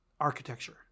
architecture